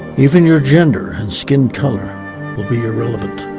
even your gender and skin color will be irrelevant.